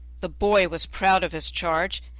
the boy was proud of his charge,